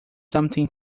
something